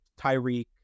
Tyreek